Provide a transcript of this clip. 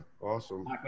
awesome